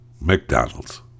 McDonald's